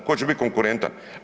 Tko će biti konkurentan?